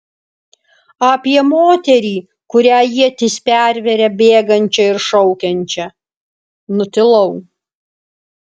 apie moterį kurią ietis perveria bėgančią ir šaukiančią nutilau